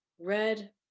red